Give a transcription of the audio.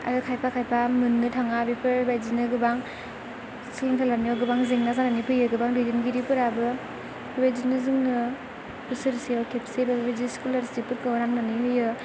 आरो खायफा खायफा मोननो थाङा बेफोरबायदिनो गोबां सोलोंथाइ लानायाव गोबां जेंना जानानै फैयो गोबां दैदेनगिरिफोराबो बेबायदिनो जोंनो बोसोरसेयाव खेबसेबाबो स्क'लारशिपफोरखौ खालामनानै होयो